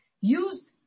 Use